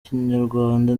kinyarwanda